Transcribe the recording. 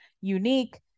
unique